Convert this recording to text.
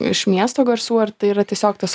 iš miesto garsų ar tai yra tiesiog tas